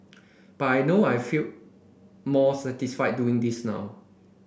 but I know I feel more satisfied doing this now